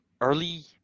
early